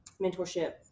mentorship